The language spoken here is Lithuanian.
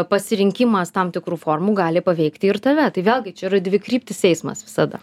pasirinkimas tam tikrų formų gali paveikti ir tave tai vėlgi čia yra dvikryptis eismas visada